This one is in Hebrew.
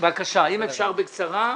אם אפשר בקצרה.